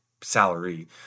salary